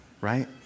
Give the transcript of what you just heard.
right